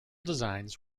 designs